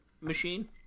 machine